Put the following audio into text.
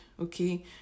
Okay